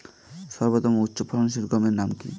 সর্বতম উচ্চ ফলনশীল গমের নাম কি?